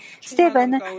Stephen